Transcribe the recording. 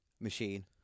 Machine